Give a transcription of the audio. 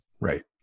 Right